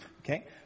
Okay